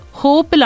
hope